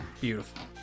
Beautiful